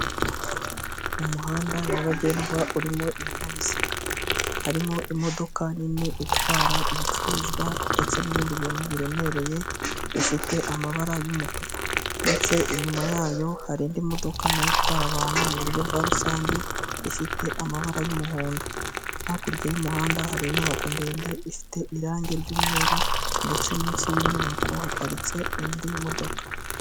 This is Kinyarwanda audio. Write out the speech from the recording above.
Mu muhanda nyabagendwa urimo ibinyabiziga harimo imodoka nini itwara ibicuruzwa ndetse n'ibindi bintu biremereye bifite amabara y'umutuku ndetse inyuma yayo hari indi modoka na yo itwara abantu mu buryo bwa rusange ifite amabara y'umuhondo hakurya y'umuhanda hari inyubako ndende ifite irangi ry'umweru ndetse munsi y'inyubako haparitse indi modoka.